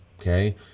Okay